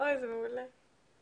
ארז וול, תנו לחיות לחיות, בבקשה.